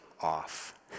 off